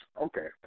Okay